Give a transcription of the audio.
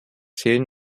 fehlen